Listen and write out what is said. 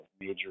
major